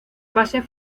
fase